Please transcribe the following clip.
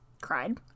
cried